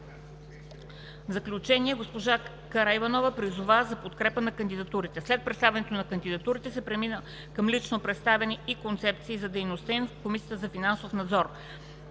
заключение госпожа Караиванова призова за подкрепа на кандидатурите. След представянето на кандидатурите се премина към лично представяне и концепции за дейността им в Комисията за финансов надзор.